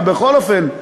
אבל בכל אופן,